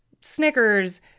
Snickers